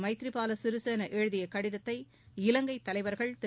மைத்ரிபாலசிறிசேனாஎழுதியகடிதத்தை இலங்கைத் தலைவர்கள் திரு